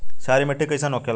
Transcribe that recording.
क्षारीय मिट्टी कइसन होखेला?